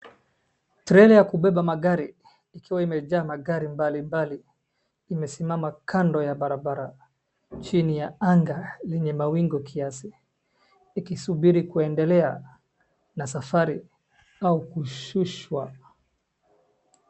Trela ya kubeba magari ikiwa imejaa magari mbalimbali imesimama kando ya barabara chini ya anga lenye mawingu kiasi ikisubiri kuendelea na safari au kushushwa.